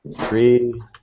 three